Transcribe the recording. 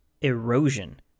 erosion